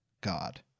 God